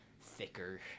thicker